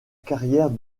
carrière